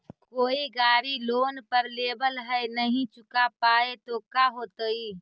कोई गाड़ी लोन पर लेबल है नही चुका पाए तो का होतई?